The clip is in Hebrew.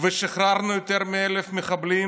ושחררנו יותר מ-1,000 מחבלים,